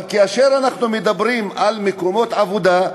אבל כאשר אנחנו מדברים על מקומות עבודה,